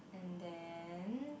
and then